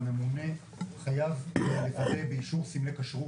גוף במדינת ישראל שיש לו תעודת כשרות,